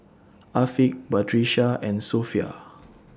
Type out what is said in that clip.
Afiq Batrisya and Sofea